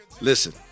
Listen